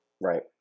right